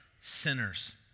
sinners